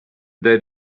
that